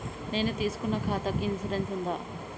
నేను తీసుకున్న ఖాతాకి ఇన్సూరెన్స్ ఉందా?